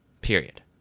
Period